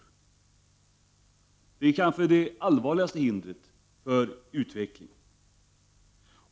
Detta är kanske det allvarligaste hindret för utvecklingen.